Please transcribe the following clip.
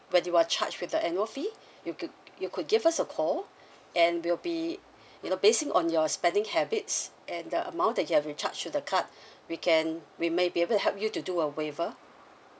where they will charge with the annual fee you could you could give us a call and we'll be you know basing on your spending habits and the amount that you have charged to the card we can we may be able to help you to do a waiver